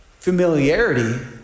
familiarity